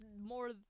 more